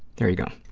there you go.